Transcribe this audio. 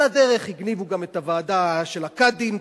על הדרך הגניבו גם את הוועדה של הקאדים,